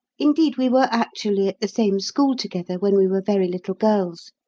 indeed, we were actually at the same school together when we were very little girls.